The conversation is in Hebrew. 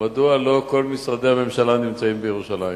מדוע לא כל משרדי הממשלה נמצאים בירושלים,